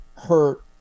hurt